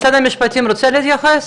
משרד המשפטים רוצה להתייחס?